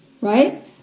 right